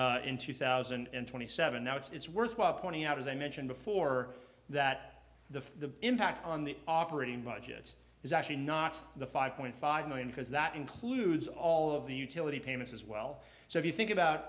in two thousand and twenty seven now it's worthwhile pointing out as i mentioned before that the impact on the operating budgets is actually not the five point five million because that includes all of the utility payments as well so if you think about